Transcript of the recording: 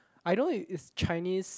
I know is Chinese